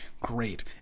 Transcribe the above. great